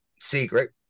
secret